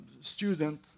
student